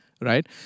right